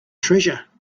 treasure